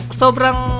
sobrang